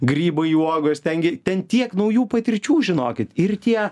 grybai uogos ten gi ten tiek naujų patirčių žinokit ir tie